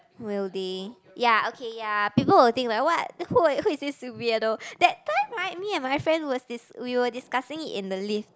will they ya okay ya people will think like what who were who is this weirdo that time right me and my friend was this we were discussing it in the lift